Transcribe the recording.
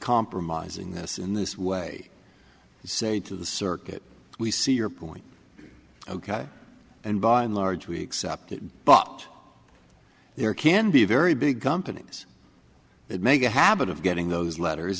compromising this in this way you say to the circuit we see your point ok and by and large we accept it but there can be very big companies that make a habit of getting those letters